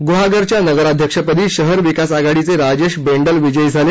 गुहागरच्या नगराध्यक्षपदी शहर विकास आघाडीचे राजेश बेंडल विजयी झाले